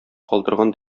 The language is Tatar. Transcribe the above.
калдырган